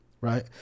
Right